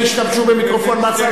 הם השתמשו במיקרופון מהצד,